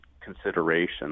consideration